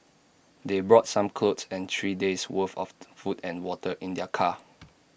they brought some clothes and three days' worth of food and water in their car